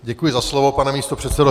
Děkuji za slovo, pane místopředsedo.